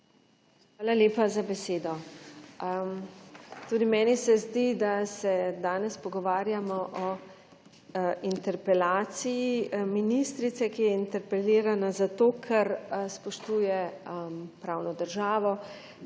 Hvala lepa za besedo. sTudi meni se zdi, da se danes pogovarjamo o interpelaciji ministrice, ki je interpelirana zato, ker spoštuje pravno državo,